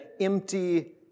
empty